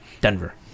Denver